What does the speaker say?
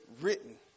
written